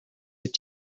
wyt